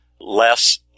less